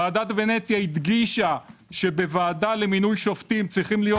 ועדת ונציה הדגישה שבוועדה למינוי שופטים צריכים להיות